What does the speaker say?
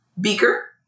Beaker